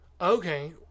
Okay